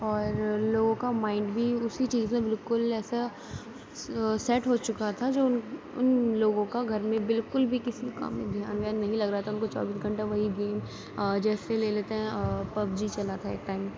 اور لوگوں کا مائنڈ بھی اُسی چیز میں بالکل ایسا سیٹ ہو چُکا تھا جو اُن اُن لوگوں کا گھر میں بالکل بھی کسی کام میں دھیان ویان نہیں لگ رہا تھا اُن کو چوبیس گھنٹہ وہی گیم جیسے لے لیتے ہیں پبجی چلا تھا ایک ٹائم